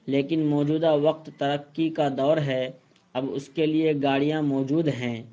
لیکن موجودہ وقت ترقی کا دور ہے اب اس کے لیے گاڑیاں موجود ہیں